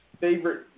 favorite